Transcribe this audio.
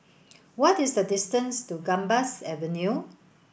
what is the distance to Gambas Avenue